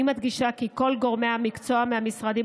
אני מדגישה כי כל גורמי המקצוע מהמשרדים